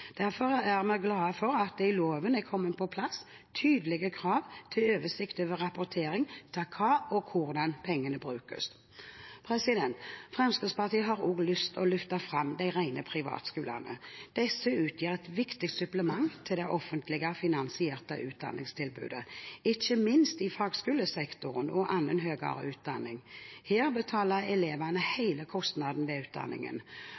Derfor er vi glade for at det i loven er kommet på plass tydelige krav til oversikt over rapportering om til hva og hvordan pengene brukes. Fremskrittspartiet har også lyst til å løfte fram de rene privatskolene. Disse utgjør et viktig supplement til det offentlig finansierte utdanningstilbudet, ikke minst i fagskolesektoren og annen høyere utdanning. Her betaler elevene hele kostnaden ved utdanningen.